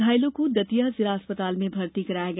घायलों को दतिया जिला चिकित्सालय में भर्ती कराया गया